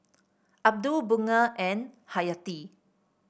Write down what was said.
Abdul Bunga and Hayati